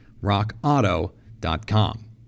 rockauto.com